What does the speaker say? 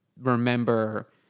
remember